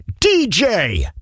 DJ